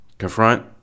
confront